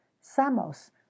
Samos